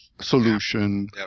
solution